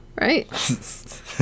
right